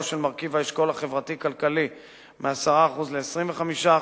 של רכיב האשכול החברתי-כלכלי מ-10% ל-25%.